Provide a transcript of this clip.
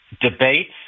debates